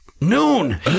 noon